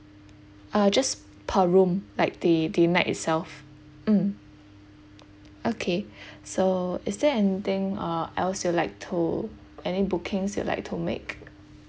uh just per room like the the night itself mm okay so is there anything uh else you'd like to any bookings you'd like to make